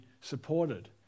supported